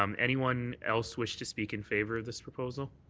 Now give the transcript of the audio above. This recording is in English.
um anyone else wish to speak in favour of this proposal?